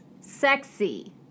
sexy